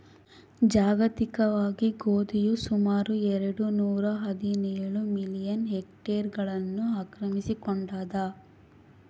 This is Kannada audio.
ಜಾಗತಿಕವಾಗಿ ಗೋಧಿಯು ಸುಮಾರು ಎರೆಡು ನೂರಾಹದಿನೇಳು ಮಿಲಿಯನ್ ಹೆಕ್ಟೇರ್ಗಳನ್ನು ಆಕ್ರಮಿಸಿಕೊಂಡಾದ